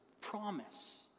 promise